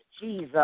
Jesus